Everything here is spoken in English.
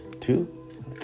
Two